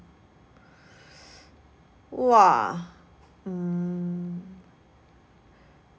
!wah! mm